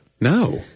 No